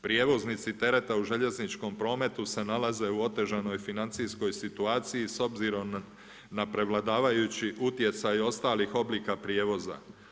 Prijevoznici tereta u željezničkom prometu se nalaze u otežanoj financijskoj situaciji s obzirom na prevladavajući utjecaj ostalih oblika prijevoza.